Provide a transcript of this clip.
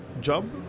job